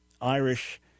Irish